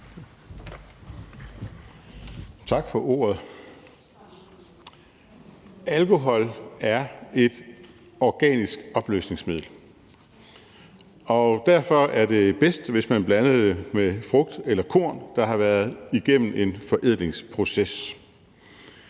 Alkohol er et organisk opløsningsmiddel, og derfor er det bedst, hvis man blander det med frugt eller korn, der har været igennem en forædlingsproces.